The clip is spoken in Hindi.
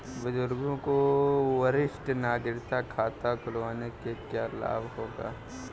बुजुर्गों को वरिष्ठ नागरिक खाता खुलवाने से क्या लाभ होगा?